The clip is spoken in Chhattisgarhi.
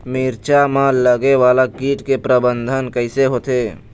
मिरचा मा लगे वाला कीट के प्रबंधन कइसे होथे?